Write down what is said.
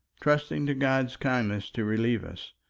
trusting to god's kindness to relieve us.